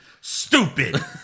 Stupid